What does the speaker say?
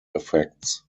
effects